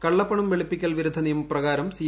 കള്ളപ്പണ്ണം വെളുപ്പിക്കൽ വിരുദ്ധ നിയമപ്രകാരം സി